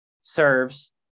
serves